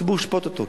הציבור ישפוט אותו,